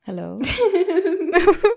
hello